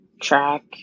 track